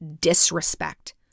disrespect